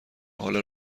حال